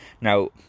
Now